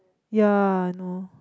ya I know